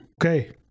okay